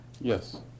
Yes